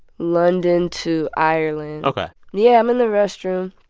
london to ireland ok yeah, i'm in the restroom.